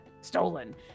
stolen